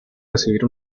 recibir